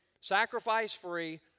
sacrifice-free